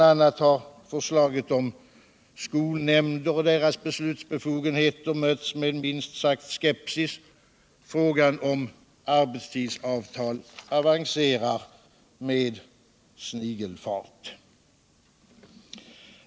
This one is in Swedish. a. har förslaget om skolnämnder och deras beslutsbetogenheter mötts med minst sagt skepsis. Frågan om arbetstidsavtalavaneerar med snigeltart.